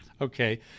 Okay